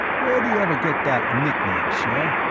where'd he ever get that nickname, sir?